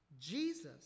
Jesus